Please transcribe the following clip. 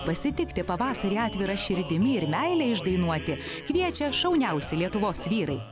pasitikti pavasarį atvira širdimi ir meilę išdainuoti kviečia šauniausi lietuvos vyrai